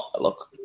look